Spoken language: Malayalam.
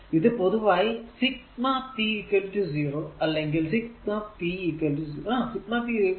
ഇത് പൊതുവായി സിഗ്മ p 0 അല്ലെങ്കിൽ p 0